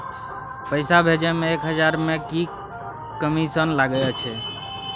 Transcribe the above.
पैसा भैजे मे एक हजार मे की कमिसन लगे अएछ?